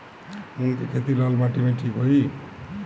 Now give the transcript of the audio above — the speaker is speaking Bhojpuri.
मूंग के खेती लाल माटी मे ठिक होई?